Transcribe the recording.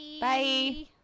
Bye